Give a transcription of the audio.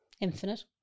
Infinite